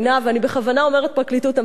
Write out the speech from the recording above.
ואני בכוונה אומרת פרקליטות המדינה,